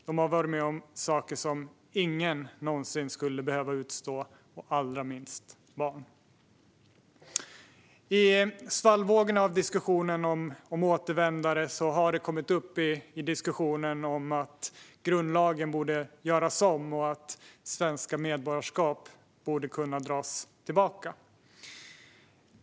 De har varit med om saker som ingen någonsin borde behöva utstå, allra minst barn. I svallvågorna av diskussionen om återvändare har det kommit upp att grundlagen borde göras om och att svenska medborgarskap borde kunna dras tillbaka.